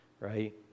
right